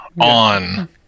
on